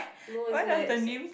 no is my is